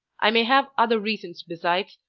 i may have other reasons besides,